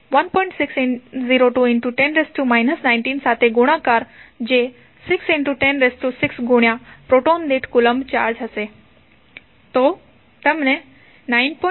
60210 19 સાથે ગુણાકાર જે 6106 ગુણ્યા પ્રોટોન દીઠ કૂલમ્બ ચાર્જ છે